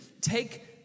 take